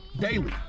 daily